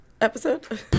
episode